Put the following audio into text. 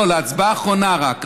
בהצבעה האחרונה רק.